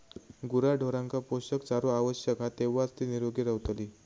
गुराढोरांका पोषक चारो आवश्यक हा तेव्हाच ती निरोगी रवतली